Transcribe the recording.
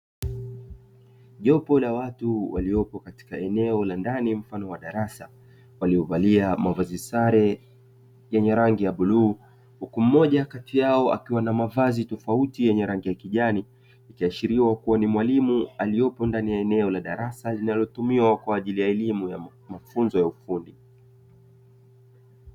Jopo la watu waliopo katika eneo lendani mfano wa darasa, waliovalia mavazi sare yenye rangi ya bluu, huku mmoja kati yao akiwa na mavazi tofauti yenye rangi ya kijani. Ikiashiriwa kuwa ni mwalimu aliyopo ndani ya eneo la darasa linalotumiwa kwa ajili ya elimu ya mafunzo ya ufundi.